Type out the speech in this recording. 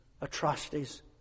atrocities